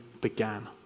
began